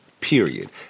period